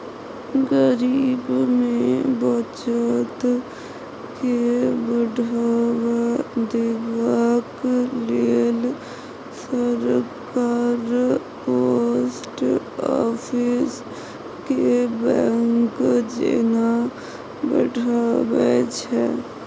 गरीब मे बचत केँ बढ़ावा देबाक लेल सरकार पोस्ट आफिस केँ बैंक जेना बढ़ाबै छै